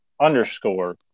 underscore